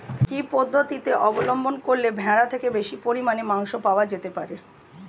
কি পদ্ধতিতে অবলম্বন করলে ভেড়ার থেকে বেশি পরিমাণে মাংস পাওয়া যেতে পারে?